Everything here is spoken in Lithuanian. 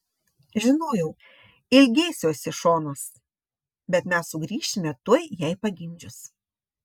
žinojau ilgėsiuosi šonos bet mes sugrįšime tuoj jai pagimdžius